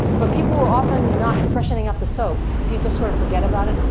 but people were often not freshening up the soap, because you just sort of forget about it.